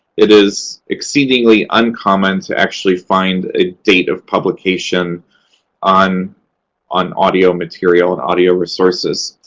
it is exceedingly uncommon to actually find a date of publication on on audio material and audio resources.